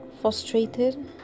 frustrated